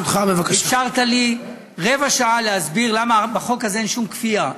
אפשרת לי רבע שעה להסביר למה בחוק הזה אין שום כפייה.